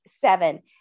seven